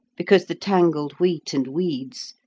because the tangled wheat and weeds,